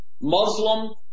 Muslim